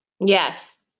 Yes